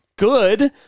Good